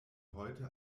heute